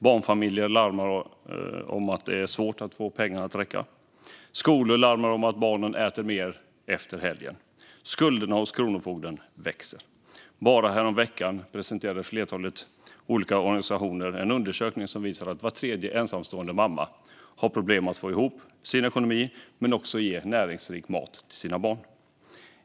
Barnfamiljer larmar om att det är svårt att få pengarna att räcka. Skolorna larmar om att barnen äter mer efter helgen. Skulderna hos kronofogden växer. Bara häromveckan presenterade ett flertal olika organisationer en undersökning som visar att var tredje ensamstående mamma har problem att få ihop sin ekonomi och ge näringsriktig mat till sina barn.